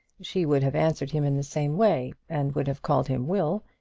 she would have answered him in the same way, and would have called him will,